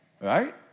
right